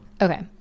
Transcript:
Okay